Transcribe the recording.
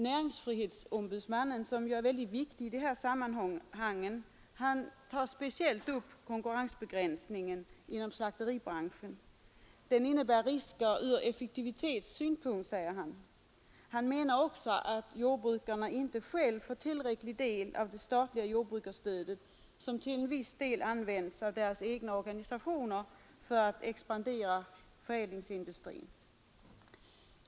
Näringsfrihetsombudsmannen, som ju är väldigt viktig i dessa sammanhang, tar speciellt upp konkurrensbegränsningen inom slakteribranschen. Den innebär risker ur effektivitetssynpunkt, säger han. Han menar också att jordbrukarna inte själva får tillräcklig del av det statliga jordbrukarstödet, som till viss del används av deras egna organisationer för att expandera förädlingsindustrin.